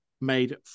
made